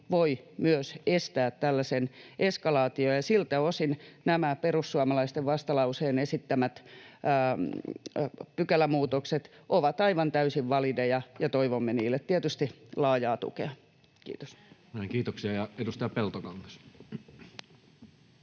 voi myös estää tällaisen eskalaation. Siltä osin nämä perussuomalaisten vastalauseen esittämät pykälämuutokset ovat aivan täysin valideja, ja toivomme niille tietysti laajaa tukea. — Kiitos. [Riikka Purra: Näin